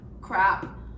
crap